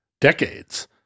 decades